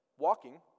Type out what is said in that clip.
Walking